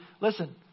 listen